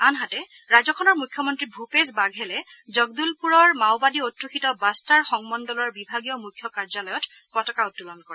আনহাতে ৰাজ্যখনৰ মুখ্যমন্ত্ৰী ভূপেশ বাঘেলে জগদলপুৰৰ মাওবাদী অধ্যুষিত বাষ্টাৰ সংমণ্ডলৰ বিভাগীয় মুখ্য কাৰ্যালয়ত পতাকা উত্তোলন কৰে